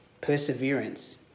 perseverance